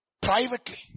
Privately